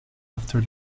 after